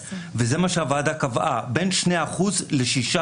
וזה מה שהוועדה קבעה: בין 2% ל-6%.